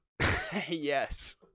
Yes